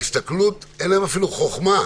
ובהסתכלות אין להם אפילו חכמה.